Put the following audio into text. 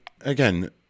again